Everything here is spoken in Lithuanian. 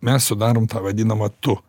mes sudarom tą vadinamą tu